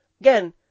again